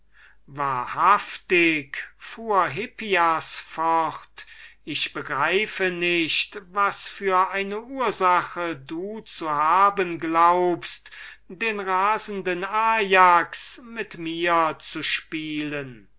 wahrhaftig fuhr der sophist fort ich begreife nicht was für eine ursache du zu haben glaubst den rasenden ajax mit mir zu spielen